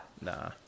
Nah